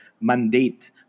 mandate